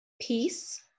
peace